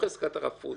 לא חזקת החפות,